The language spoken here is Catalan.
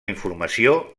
informació